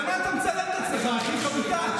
למה אתה מצלם את עצמך מכין חביתה?